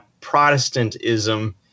Protestantism